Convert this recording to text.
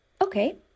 Okay